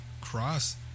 cross